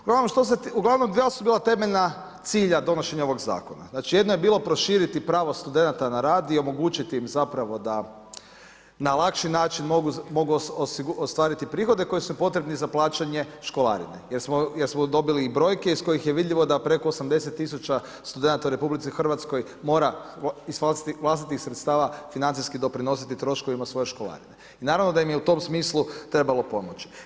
Uglavnom dva su bila temeljna cilja donošenja ovog zakona, jedno je bilo proširiti prava studenata na rad i omogućiti im da na lakši način mogu ostvariti prihode koji su potrebni za plaćanje školarine jer smo dobili brojke iz kojih je vidljivo da preko 80.000 studenata u RH mora iz vlastitih sredstava financijski doprinositi troškovima svoje školarine i naravno da im je u tom smislu trebalo pomoći.